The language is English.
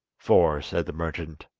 for, said the merchant,